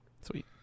sweet